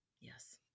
yes